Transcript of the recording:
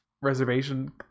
Reservation